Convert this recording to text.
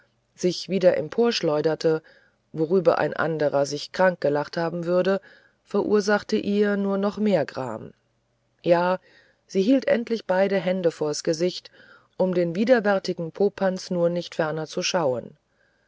sich wieder emporschleuderte worüber ein anderer sich krank gelacht haben würde verursachte ihr noch mehr gram ja sie hielt endlich beide hände vors gesicht um den widerwärtigen popanz nur nicht ferner zu schauen